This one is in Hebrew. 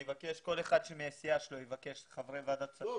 אנחנו נבקש כל אחד שמהסיעה שלו שחברי ועדת הכספים --- לא,